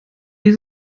die